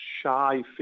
shy